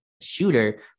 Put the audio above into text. shooter